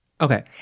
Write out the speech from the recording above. Okay